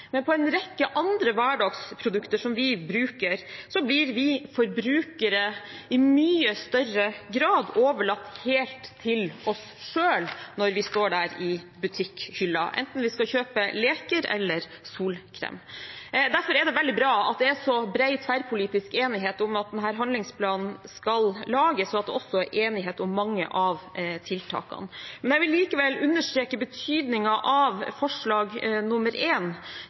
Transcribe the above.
men på en rekke andre hverdagsprodukter som vi bruker, blir vi forbrukere i mye større grad overlatt helt til oss selv når vi står der ved butikkhyllen, enten vi skal kjøpe leker eller solkrem. Derfor er det veldig bra at det er så bred tverrpolitisk enighet om at denne handlingsplanen skal lages, og at det også er enighet om mange av tiltakene. Jeg vil likevel understreke betydningen av forslag nr. 1, som handler om å styrke Forbrukerrådet. De har på en